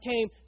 came